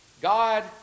God